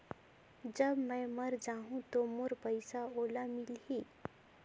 जब मै मर जाहूं तो मोर पइसा ओला मिली?